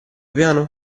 piano